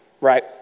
right